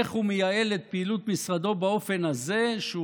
איך הוא מייעל את פעילות משרדו באופן הזה שהוא